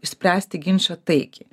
išspręsti ginčą taikiai